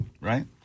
right